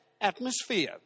atmosphere